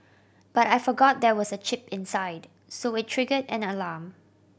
but I forgot there was a chip inside so it triggered an alarm